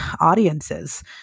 audiences